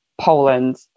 Poland